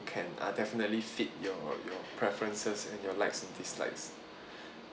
can uh definitely fit your your preferences and your likes and dislikes